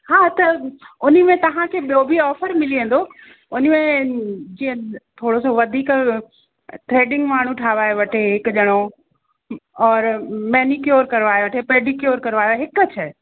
हा त उन्ही में तव्हांखे ॿियो बि ऑफ़र मिली वेंदो हुन में जीअं थोरो सो वधीक थ्रेडिंग माण्हू ठाहिराए वठे हिकु ॼणो और मेनीक्योर कराए वठे पेडीक्योर कराए हिकु शइ